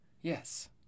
Yes